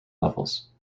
levels